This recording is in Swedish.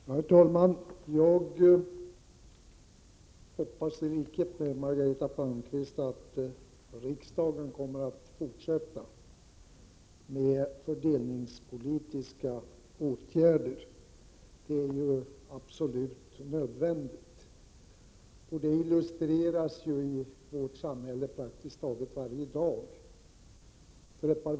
bidrag mim Herr talman! Jag hoppas i likhet med Margareta Palmqvist att riksdagen kommer att fortsätta med fördelningspolitiska åtgärder. Det är absolut nödvändigt. Det illustreras i vårt samhälle praktiskt taget varje dag.